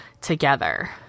together